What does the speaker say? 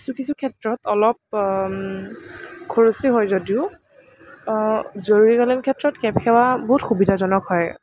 কিছু কিছু ক্ষেত্ৰত অলপ খৰচী হয় যদিও জৰুৰীকালীন ক্ষেত্ৰত কেব সেৱা বহুত সুবিধাজনক হয়